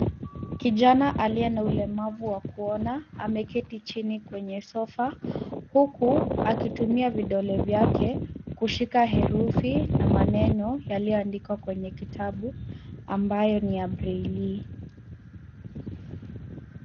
Kijana aliye na ulemavu wa kuona ameketi chini kwenye sofa, huku akitumia vidole vyake kushika herufi na maneno yaliyoandikwa kwenye kitabu ambayo ni ya braille .